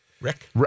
rick